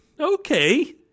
okay